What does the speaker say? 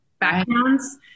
backgrounds